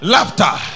Laughter